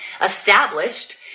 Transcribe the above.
established